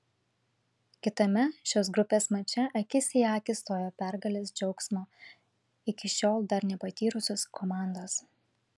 kitame šios grupės mače akis į akį stojo pergalės džiaugsmo iki šiol dar nepatyrusios komandos